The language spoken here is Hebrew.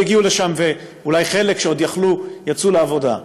לא הגיעו לשם, אולי חלק שעוד יכלו יצאו לעבודה.